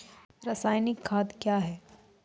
रसायनिक खाद कया हैं?